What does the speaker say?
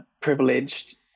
privileged